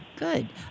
Good